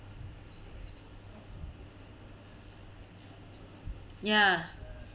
ya